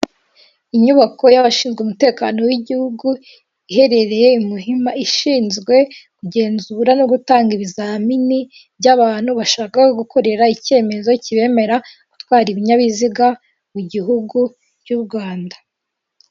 Inyubako y'abashinzwe umutekano w'igihugu iherereye i Muhima ishinzwe kugenzura no gutanga ibizamini by'abantu bashaka gukorera ikemezo kibemerera gutwara ibinyabiziga mu gihugu cy'u Rwanda.